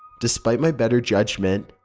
despite my better judgement,